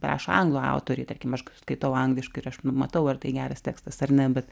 rašo anglų autoriai tarkim aš skaitau angliškai ir aš nu matau ar tai geras tekstas ar ne bet